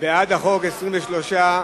בעד החוק, 23,